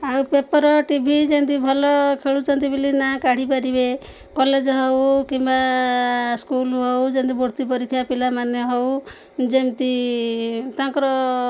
ଆଉ ପେପର୍ ଟି ଭି ଯେମିତି ଭଲ ଖେଳୁଛନ୍ତି ବୋଲି ନା କାଢ଼ି ପାରିବେ କଲେଜ୍ ହଉ କିମ୍ବା ସ୍କୁଲ୍ ହଉ ଯେମିତି ବୃତ୍ତି ପରୀକ୍ଷା ପିଲାମାନେ ହଉ ଯେମିତି ତାଙ୍କର